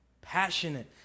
Passionate